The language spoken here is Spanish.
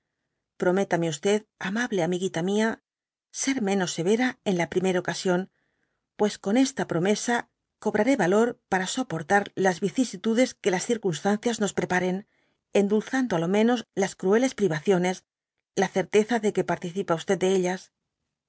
prométame yamable amigiiit a mia ser menos severa en la primer ocasión pues con esta promesa cobraré valor para soportar las vicisitudes que las circunstancias nos preparen endulzando á lo menos las crueles privaciones la certeza de que participa de ellas